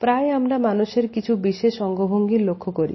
প্রায় আমরা মানুষের কিছু বিশেষ অঙ্গভঙ্গির লক্ষ্য করি